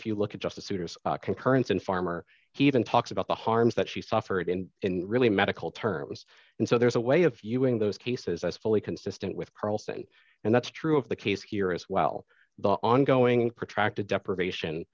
if you look at justice souter's concurrence in farmer he even talks about the harms that she suffered and in really medical terms and so there's a way of viewing those cases as fully consistent with carlson and that's true of the case here as well the ongoing protracted deprivation